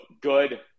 good